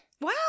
Wow